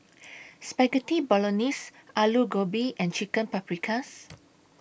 Spaghetti Bolognese Alu Gobi and Chicken Paprikas